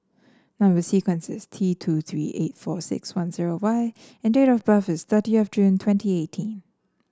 number sequence is T two three eight four six one zero Y and date of birth is thirtieth of June twenty eighteen